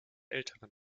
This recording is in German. älteren